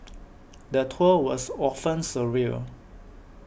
the tour was often surreal